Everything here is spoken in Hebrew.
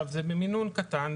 זה במינון קטן,